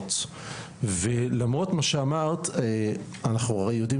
האוניברסיטאות ולמרות מה שאמרת אנחנו הרי יודעים